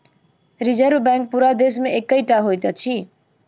reserve bank पूरा देश मे एकै टा होइत अछि